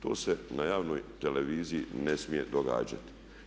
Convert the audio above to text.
To se na javnoj televiziji ne smije događati.